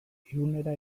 irunera